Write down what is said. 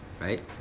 right